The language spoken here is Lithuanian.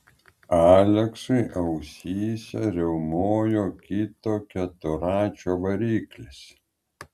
aleksui ausyse riaumojo kito keturračio variklis